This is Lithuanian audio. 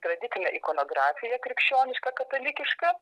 tradicinė ikonografija krikščioniška katalikiška